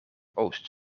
oost